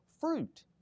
fruit